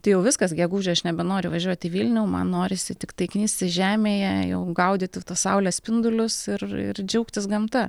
tai jau viskas gegužę aš nebenoriu važiuot į vilnių man norisi tiktai knistis žemėje jau gaudyti tuos saulės spindulius ir ir džiaugtis gamta